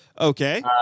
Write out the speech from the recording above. Okay